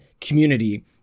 community